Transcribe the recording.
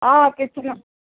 ହଁ କିଛି ନୁହେଁ